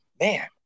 man